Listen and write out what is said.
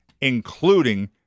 including